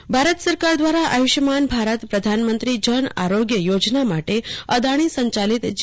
જનરલમાં camp Bharat સરકાર દ્વારા આયુષમાન ભારત પ્રધાનમંત્રી જન આરોગ્ય યોજના માટે અદાણી સંચાલિત જી